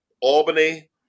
Albany